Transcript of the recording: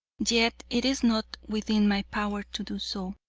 yet it is not within my power to do so.